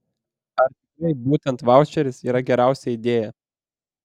ar tikrai būtent vaučeris yra geriausia idėja